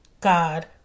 God